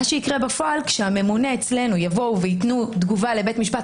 מה שיקרה בפועל זה שהממונה אצלנו יבוא וייתן תגובה לבית המשפט,